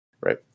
right